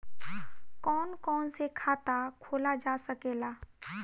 कौन कौन से खाता खोला जा सके ला?